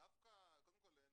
קודם כל,